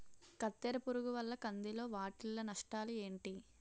కత్తెర పురుగు వల్ల కంది లో వాటిల్ల నష్టాలు ఏంటి